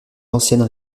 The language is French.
ancienne